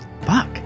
Fuck